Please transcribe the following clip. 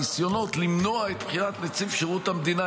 אין מקום לטענות והניסיונות למנוע את פקיעת נציב שירות המדינה,